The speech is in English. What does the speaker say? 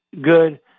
good